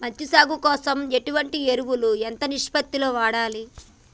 మంచి సాగు కోసం ఎటువంటి ఎరువులు ఎంత నిష్పత్తి లో వాడాలి?